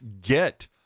get